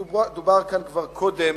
באמת דובר כאן כבר קודם